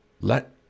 Let